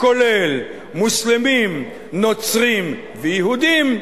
הכולל מוסלמים, נוצרים ויהודים,